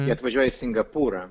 jie atvažiuoja į singapūrą